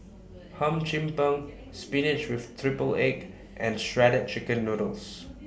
Hum Chim Peng Spinach with Triple Egg and Shredded Chicken Noodles